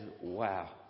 Wow